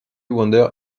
wonder